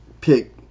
pick